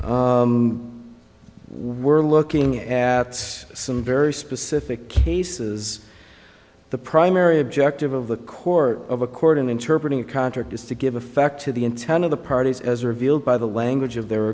zero we're looking at some very specific cases the primary objective of the court of a court in interpret a contract is to give effect to the intent of the parties as revealed by the language of their